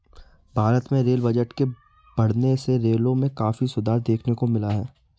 भारत में rail budget के बढ़ने से रेलों में काफी सुधार देखने को मिला है